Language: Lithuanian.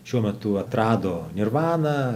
šiuo metu atrado nirvaną